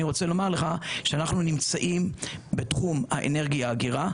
רוצה לומר לך שאנחנו נמצאים בתחום האנרגיה אגירה,